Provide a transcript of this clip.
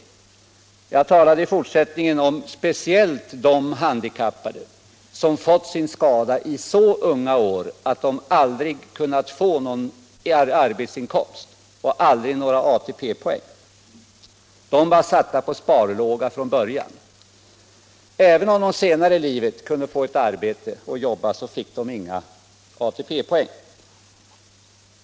Jag talade i fortsättningen speciellt om de handikappade som fått sin skada i så unga år att de aldrig kunnat få en arbetsinkomst och inte heller några ATP-poäng. De var från början satta på sparlåga. Även om de senare i livet kunde få ett arbete och klara detta, kunde de inte få några ATP-poäng.